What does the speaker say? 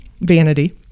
vanity